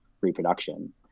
reproduction